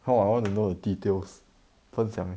how I want to know in details 分享 leh